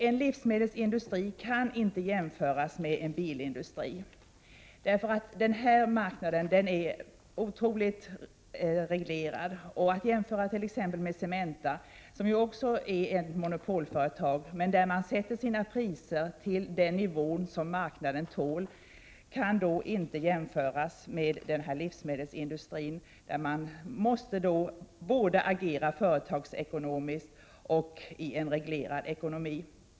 En livsmedelsindustri kan inte jämföras med en bilindustri, eftersom livsmedelsmarknaden är otroligt reglerad. En jämförelse med t.ex. Cementa, som också är ett monopolföretag, men som sätter sina priser till den nivå som marknaden tål, och denna livsmedelsindustri kan inte göras. I livsmedelsindustrin måste man agera både företagsekonomiskt och i en reglerad ekonomi.